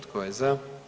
Tko je za?